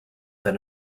than